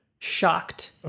Shocked